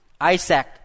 Isaac